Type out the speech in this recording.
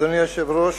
אדוני היושב-ראש,